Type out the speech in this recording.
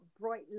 bright